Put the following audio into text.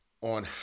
on